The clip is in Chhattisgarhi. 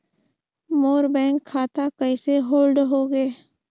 मोर बैंक खाता कइसे होल्ड होगे?